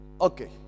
Okay